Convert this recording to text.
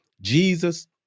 Jesus